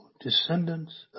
descendants